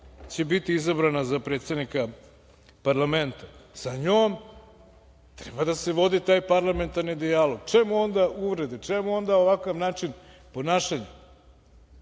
će biti izabrana za predsednika parlamenta. Sa njom treba da se vodi taj parlamentarni dijalog. Čemu onda uvrede, čemu onda ovakav način ponašanja? Znate,